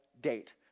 date